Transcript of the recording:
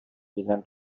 began